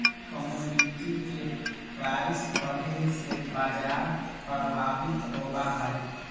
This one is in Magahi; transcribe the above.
कमोडिटी के प्राइस बढ़े से बाजार प्रभावित होबा हई